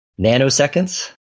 Nanoseconds